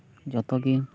ᱡᱚᱛᱚ ᱜᱮ